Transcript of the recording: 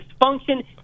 dysfunction